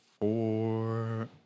four